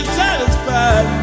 satisfied